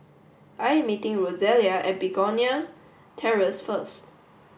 I am meeting Rosalia at Begonia Terrace first